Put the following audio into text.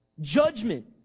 judgment